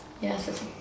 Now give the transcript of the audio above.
yes